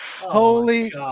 Holy